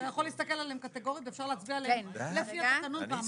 אתה יכול להסתכל עליהן קטגורית ואפשר להצביע עליהן לפי התקנון פעם אחת.